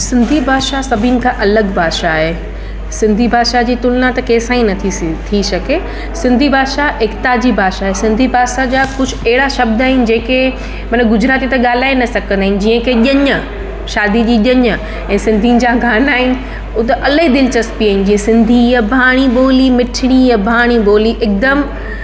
सिंधी भाषा सभिनि खां अलॻि भाषा आहे सिंधी भाषा जी तुलना त कंहिंसा ई न थी सी थी सघे सिंधी भाषा एकता जी भाषा ए सिंधी भाषा जा कुझु अहिड़ा शब्द आहिनि जेके मतिलबु गुजराती त ॻाल्हाए न सघंदा आहिनि जीअं कि ॼञ शादी जी ॼञ ऐं सिंधियुनि जा गाना आहिनि ऊअं त अलाही दिलचस्पु आहिनि जीअं सिंधी अॿाणी ॿोली मिठड़ी अॿाणी ॿोली हिकदमि